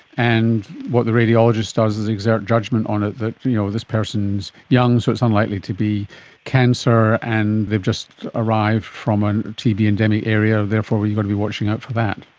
and what the radiologist does is exert judgement on it, that you know this person is young so it's unlikely to be cancer and they've just arrived from a tb endemic area and therefore we've got to be watching out for that.